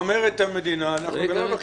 אני מציע שיהיה גם מספר,